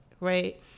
right